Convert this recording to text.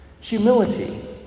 Humility